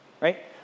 right